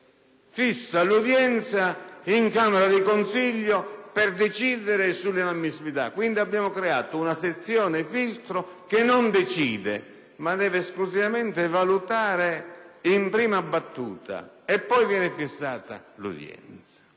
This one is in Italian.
fissa l'udienza in camera di consiglio per decidere sull'inammissibilità. In sostanza, abbiamo creato una sezione filtro che non decide, ma deve esclusivamente valutare in prima battuta; poi viene fissata l'udienza.